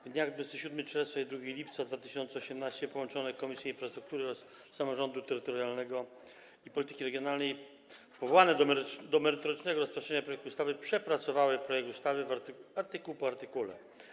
W dniach 27 czerwca i 2 lipca 2018 r. połączone Komisje: Infrastruktury oraz Samorządu Terytorialnego i Polityki Regionalnej powołane do merytorycznego rozpatrzenia projektu ustawy przepracowały projekt ustawy artykuł po artykule.